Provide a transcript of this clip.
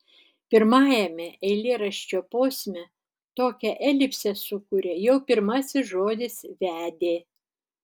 pirmajame eilėraščio posme tokią elipsę sukuria jau pirmasis žodis vedė